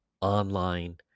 online